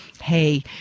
hey